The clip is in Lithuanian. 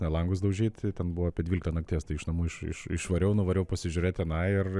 na langus daužyti ten buvo apie dvylikta nakties tai iš namų iš iš išvariau nuvariau pasižiūrėt tenai ir